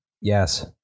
Yes